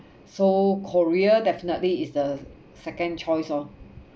so korea definitely is the second choice lor